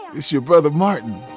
it's your brother martin.